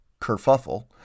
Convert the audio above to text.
kerfuffle